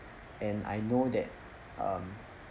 and I know that um